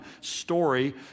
story